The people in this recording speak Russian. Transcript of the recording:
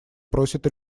просят